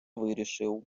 вирішив